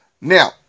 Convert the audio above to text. Now